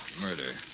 Murder